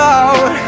out